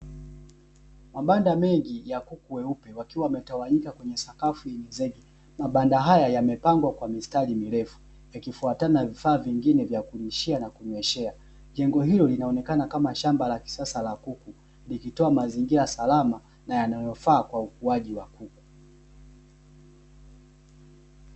Mabanda mengi ya kuku weupe wakiwa wametawanyika kwenye sakafu yenye zege mabanda haya yamepangwa kwa mistari mirefu yakifuatana na vifaa vingine vya kulishia na kunyweshea, jengo hilo linaonekana kama shamba la kisasa la kuku likitoa mazingira salama na yanayofaa kwa ukuaji wa kuku.